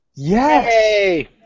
Yes